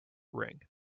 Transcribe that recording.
ring